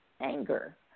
anger